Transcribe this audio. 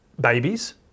babies